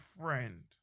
Friend